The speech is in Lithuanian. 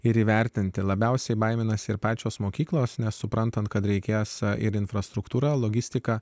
ir įvertinti labiausiai baiminasi ir pačios mokyklos nesuprantant kad reikia esą ir infrastruktūra logistika